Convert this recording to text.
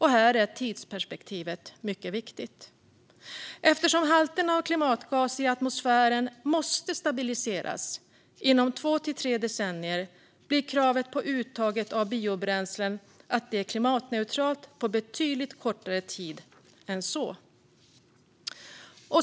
Här är tidsperspektivet mycket viktigt. Eftersom halterna av klimatgaser i atmosfären måste stabiliseras inom två till tre decennier blir kravet på uttaget av biobränslen att det är klimatneutralt på betydligt kortare tid än så.